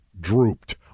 drooped